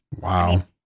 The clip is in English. Wow